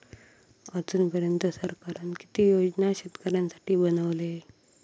अजून पर्यंत सरकारान किती योजना शेतकऱ्यांसाठी बनवले?